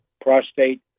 prostate